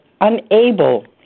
unable